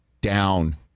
down